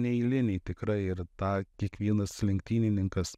neeiliniai tikra ir tą kiekvienas lenktynininkas